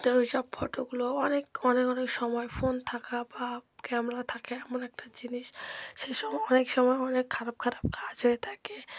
ওই সব ফটোগুলো অনেক অনেক অনেক সময় ফোন থাকা বা ক্যামেরা থাকে এমন একটা জিনিস সেই সময় অনেক সময় অনেক খারাপ খারাপ কাজ হয়ে থাকে